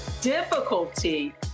difficulty